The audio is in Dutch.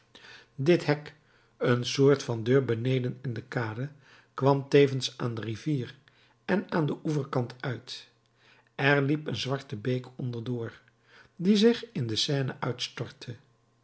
dit hek een soort van deur beneden in de kade kwam tevens aan de rivier en aan den oeverkant uit er liep een zwarte beek onderdoor die zich in de seine uitstortte